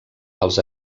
els